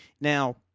Now